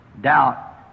doubt